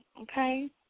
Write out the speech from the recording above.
okay